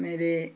मेरे